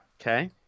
Okay